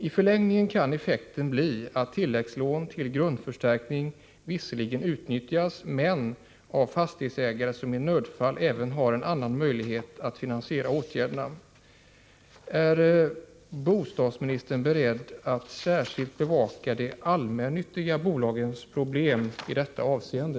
I förlängningen kan effekten bli att tilläggslån till grundförstärkning visserligen utnyttjas, men av fastighetsägare som i nödfall även har en annan möjlighet att finansiera åtgärderna. Är bostadsministern beredd att särskilt bevaka de allmännyttiga bolagens problem i detta avseende?